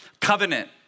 covenant